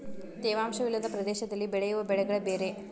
ತೇವಾಂಶ ವಿಲ್ಲದ ಪ್ರದೇಶದಲ್ಲಿ ಬೆಳೆಯುವ ಬೆಳೆಗಳೆ ಬೇರೆ